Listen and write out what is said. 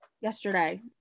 yesterday